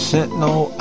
Sentinel